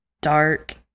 dark